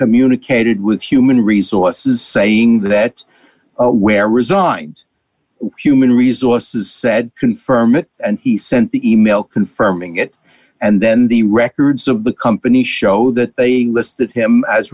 communicated with human resources saying that where resigned human resources said confirm it and he sent the email confirming it and then the records of the company show that they listed him as